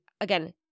again